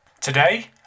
Today